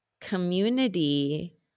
community